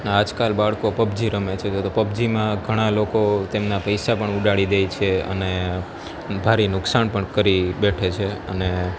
આજ કાલ બાળકો પબજી રમે છે તો પબજીમાં ઘણા લોકો તેમના પૈસા પણ ઉડાવી દે છે અને ભારી નુક્સાન પણ કરી બેસે છે અને